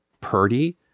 Purdy